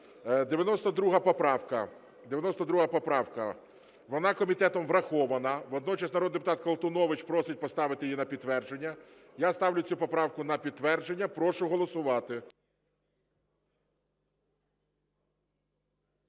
92 поправка, вона комітетом врахована. Водночас народний депутат Колтунович просить поставити її на підтвердження. Я ставлю цю поправку на підтвердження. Прошу голосувати.